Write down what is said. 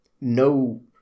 no